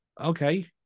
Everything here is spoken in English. Okay